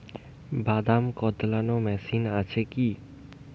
বাদাম কদলানো মেশিন আছেকি?